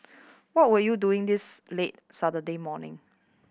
what were you doing this late Saturday morning